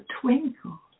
twinkle